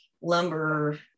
lumber